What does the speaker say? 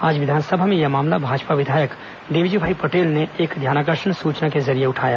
आज विधानसभा में यह मामला भाजपा विधायक देवजी भाई पटेल ने एक ध्यानाकर्षण सुचना के जरिए उठाया